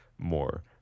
More